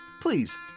Please